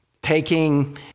taking